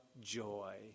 joy